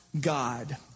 God